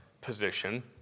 position